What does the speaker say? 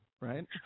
right